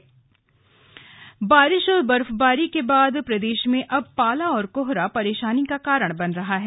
मौसम बारिश और बर्फबारी के बाद प्रदेश में अब पाला और कोहरा परेशानी का कारण बन रहा है